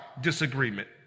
disagreement